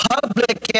Public